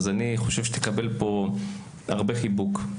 אז אני חושב שתקבל פה הרבה חיבוק,